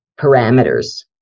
parameters